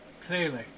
Clearly